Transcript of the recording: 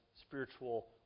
spiritual